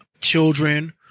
Children